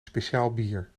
speciaalbier